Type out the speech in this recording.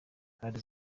kandi